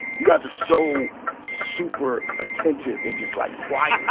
you guys are so super attentive and just, like, quiet.